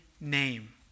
name